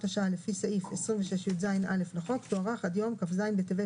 השעה לפי סעיף 26.יז.א לחוק תוארך עד יום כ"ז בטבת